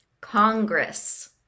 Congress